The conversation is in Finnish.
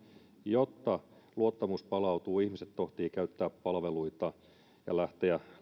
jotta luottamus palautuu ja ihmiset tohtivat käyttää palveluita ja